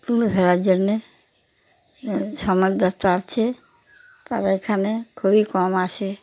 তুলে ধরার জন্যে সংবাদপত্র আছে তারা এখানে খুবই কম আসে